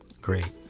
great